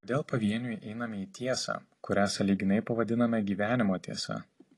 kodėl pavieniui einame į tiesą kurią sąlyginai pavadiname gyvenimo tiesa